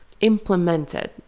implemented